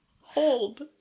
Hold